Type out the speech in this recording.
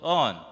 on